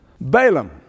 Balaam